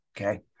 okay